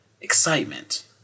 excitement